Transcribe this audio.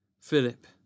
Philip